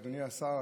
אדוני השר,